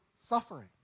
suffering